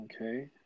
Okay